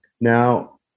Now